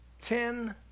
ten